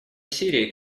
сирии